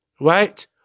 right